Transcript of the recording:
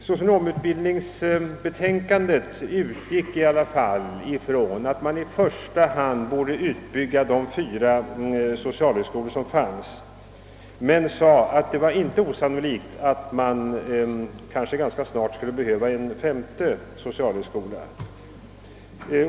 Socionomutbildningssakkunniga wutgick ifrån att man i första hand borde utbygga de fyra socialhögskolor som redan finns. De sakkunniga framhöll emellertid, att det inte var osannolikt att man ganska snart skulle behöva en femte socialhögskola.